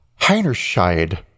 Heinerscheid